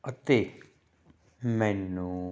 ਅਤੇ ਮੈਨੂੰ